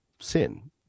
sin